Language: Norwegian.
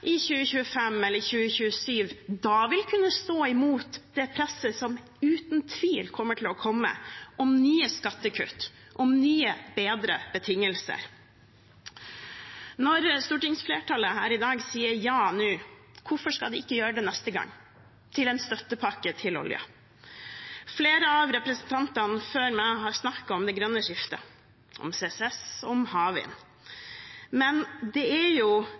i 2025 eller 2027 da vil kunne stå imot det presset som uten tvil kommer til å komme om nye skattekutt, om nye, bedre betingelser. Når stortingsflertallet her i dag sier ja til en støttepakke til oljen, hvorfor skal de ikke gjøre det neste gang? Flere av representantene før meg har snakket om det grønne skiftet, om CCS og om havvind. Men det er